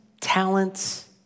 talents